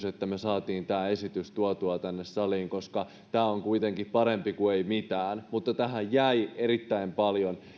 että me saimme tämän esityksen tuotua tänne saliin koska tämä on kuitenkin parempi kuin ei mitään mutta tähän jäi erittäin paljon